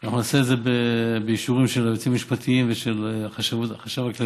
אנחנו נעשה את זה באישורים של היועצים המשפטיים ושל החשב הכללי,